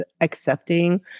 accepting